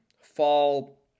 Fall